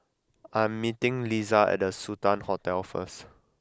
I am meeting Liza at The Sultan Hotel first